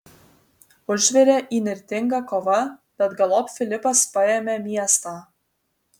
užvirė įnirtinga kova bet galop filipas paėmė miestą